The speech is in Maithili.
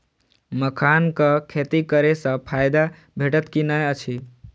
मखानक खेती करे स फायदा भेटत की नै अछि?